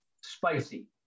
Spicy